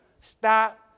stop